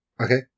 Okay